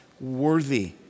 worthy